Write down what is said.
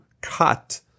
cut